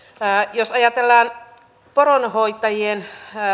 jos ajatellaan poronhoitajien